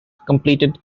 completed